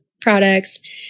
products